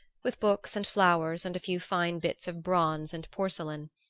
with books and flowers and a few fine bits of bronze and porcelain.